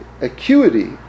acuity